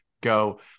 go